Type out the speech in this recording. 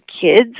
Kids